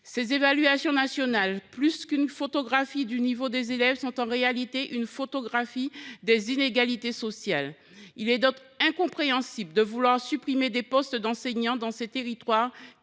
Ces évaluations nationales, plus qu’une photographie du niveau des élèves, sont en réalité une photographie des inégalités sociales. Il est donc incompréhensible de vouloir supprimer des postes d’enseignant dans ces territoires,